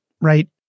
right